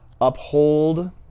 uphold